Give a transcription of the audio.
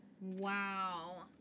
Wow